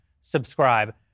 subscribe